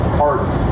parts